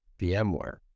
VMware